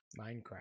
Minecraft